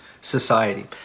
society